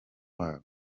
wabo